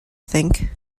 think